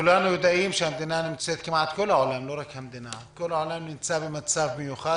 כולנו יודעים שכל העולם נמצא במצב מיוחד,